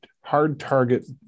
hard-target